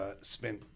spent